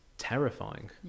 terrifying